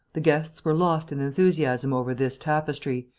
the guests were lost in enthusiasm over this tapestry,